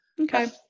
Okay